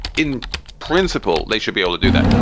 in principle, they should be able to do that.